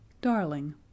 Darling